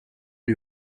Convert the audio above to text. lui